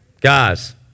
Guys